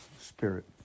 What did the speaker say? spirit